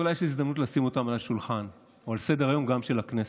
ואולי יש הזדמנות לשים אותם על השולחן או על סדר-היום גם של הכנסת.